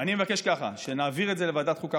אני מבקש ככה: שנעביר את זה לוועדת החוקה,